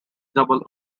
double